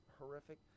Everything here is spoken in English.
horrific